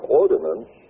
ordinance